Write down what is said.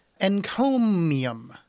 Encomium